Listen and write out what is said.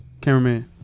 cameraman